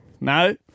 No